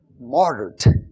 martyred